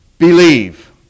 Believe